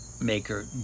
maker